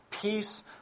peace